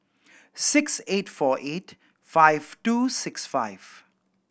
six eight four eight five two six five